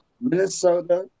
Minnesota